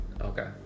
Okay